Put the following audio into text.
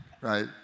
right